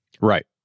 Right